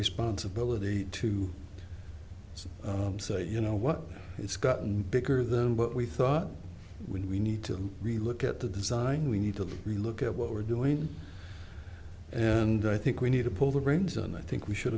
responsibility to say you know what it's gotten bigger than what we thought we need to relook at the design we need to relook at what we're doing and i think we need to pull the reins and i think we should